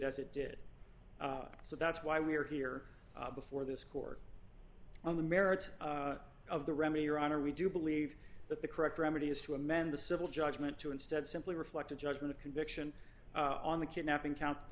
as it did so that's why we're here before this court on the merits of the remedy your honor we do believe that the correct remedy is to amend the civil judgment to instead simply reflect the judgment of conviction on the kidnapping count the